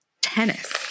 tennis